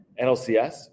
nlcs